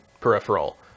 peripheral